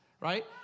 right